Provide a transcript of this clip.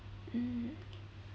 mm